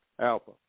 Alpha